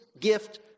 gift